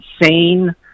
insane